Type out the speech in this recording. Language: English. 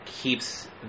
Keeps